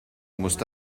musste